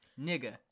nigga